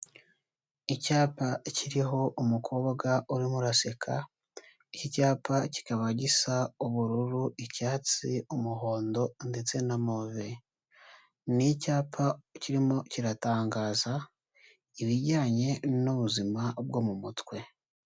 Icyapa kiriho umukobwa urimo uraseka, iki cyapa kikaba gisa ubururu, icyatsi, umuhondo ndetse na move. Ni icyapa kirimo kiratangaza ibijyanye n'ubuzima bwo mu mutwe.